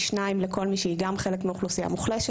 שניים לכל מי שהיא גם חלק מאוכלוסייה מוחלשת,